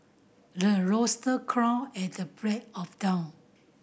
the rooster crow at the break of dawn